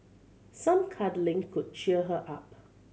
some cuddling could cheer her up